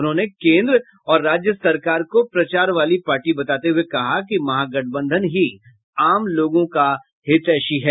उन्होंने केन्द्र और राज्य सरकार को प्रचार वाली पार्टी बताते हुए कहा कि महागठबंधन ही आम लोगों की हितैषी है